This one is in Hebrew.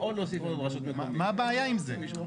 מה הבעיה עם זה?